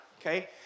okay